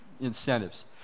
incentives